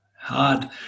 hard